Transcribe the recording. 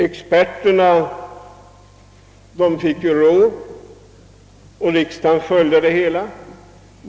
Experterna fick råda, och riksdagen följde dem.